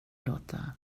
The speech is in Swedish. låta